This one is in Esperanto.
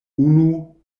unu